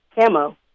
Camo